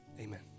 amen